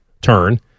turn